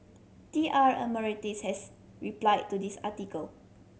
T R Emeritus has replied to this article